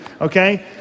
okay